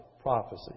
prophecy